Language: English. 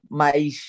mas